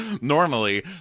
Normally